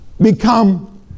become